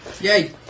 Yay